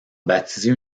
baptisé